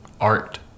art